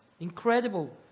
Incredible